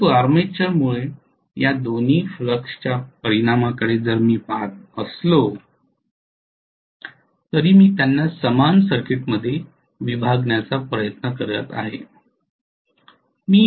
परंतु आर्मेचरमुळे या दोन्ही फ्लक्सच्या परिणामाकडे जरी मी पाहत असलो तरी मी त्यांना समान सर्किटमध्ये विभागण्याचा प्रयत्न करत आहे